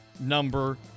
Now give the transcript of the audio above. number